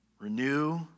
renew